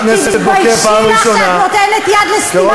תתביישי לך שאת נותנת יד לסתימת